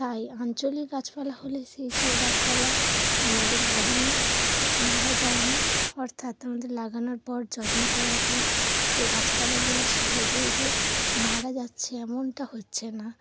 তাই আঞ্চলিক গাছপালা হলে সেই সব গাছপালা আমাদের বাগানে মারা যায় না অর্থাৎ আমাদের লাগানোর পর যত্ন করার পর সেই গাছপালাগুলি সহজেই যে মারা যাচ্ছে এমনটা হচ্ছে না